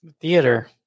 theater